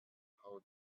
how